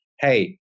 hey